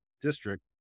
district